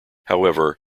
however